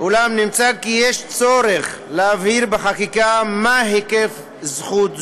אולם נמצא כי יש צורך להבהיר בחקיקה את ההיקף של זכות זו.